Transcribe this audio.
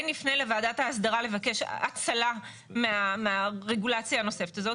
נפנה לוועדת ההסדרה לבקש הצלה מהרגולציה הנוספת הזאת.